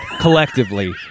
collectively